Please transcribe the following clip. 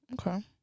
Okay